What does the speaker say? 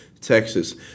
Texas